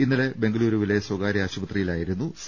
ഇന്നലെ ബെങ്കലുരുവിലെ സ്ഥകാര്യ ആശു പത്രിയിലായിരുന്നു സി